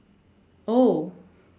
oh